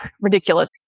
ridiculous